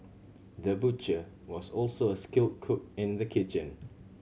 the butcher was also a skilled cook in the kitchen